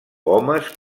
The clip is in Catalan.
homes